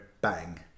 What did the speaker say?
bang